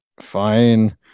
Fine